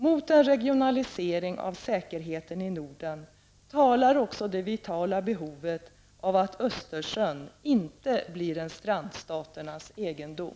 Mot en regionalisering av säkerheten i Norden talar också det vitala behovet av att Östersjön inte blir en strandstaternas egendom.